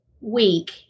week